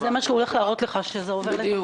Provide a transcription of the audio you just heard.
זה מה שהוא הולך להראות לך, שזה עובר לתחבורה.